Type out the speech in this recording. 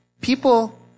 people